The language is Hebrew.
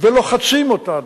ולוחצים אותנו,